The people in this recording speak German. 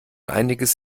einiges